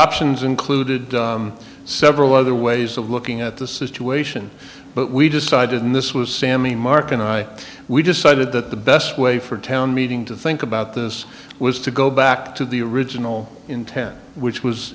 options included several other ways of looking at the situation but we decided and this was sami marc and i we decided that the best way for a town meeting to think about this was to go back to the original intent which was